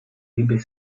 niby